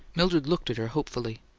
mildred looked at her hopefully.